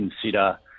consider